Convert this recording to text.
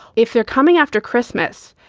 if they're coming after christmas,